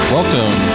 Welcome